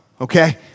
okay